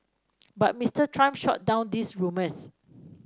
but Mister Trump shot down those rumours